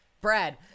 brad